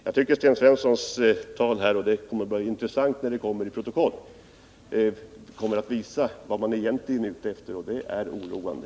Jag tycker att Sten Svenssons tal, som blir intressant att läsa när det kommer i protokollet, visar vad motionärerna egentligen är ute efter, och det är oroande.